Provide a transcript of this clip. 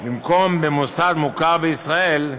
במקום "במוסד מוכר בישראל"